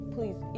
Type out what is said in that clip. please